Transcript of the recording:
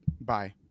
Bye